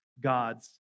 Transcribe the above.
God's